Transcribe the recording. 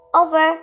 over